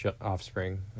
offspring